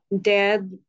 dad